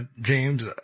James